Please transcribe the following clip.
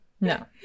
no